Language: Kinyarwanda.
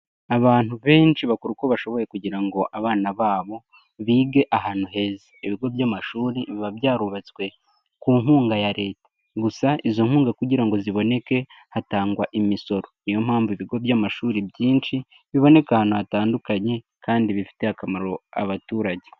Abantu benshi bakora uko bashoboye kugira ngo abana babo bige ahantu heza, ibigo by'amashuri biba byarubatswe ku inkunga ya leta gusa izo nkunga kugira ngo ziboneke hatangwa imisoro, niyo mpamvu ibigo by'amashuri byinshi biboneka ahantu hatandukanye kandi bifitiye akamaro abaturage.